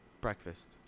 Breakfast